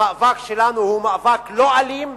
המאבק שלנו הוא מאבק לא אלים.